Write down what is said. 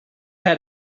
had